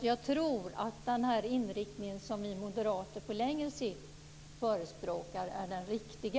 Jag tror att den inriktning som vi moderater på längre sikt förespråkar är den riktiga.